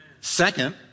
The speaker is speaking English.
Second